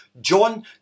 John